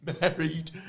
married